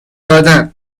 دادن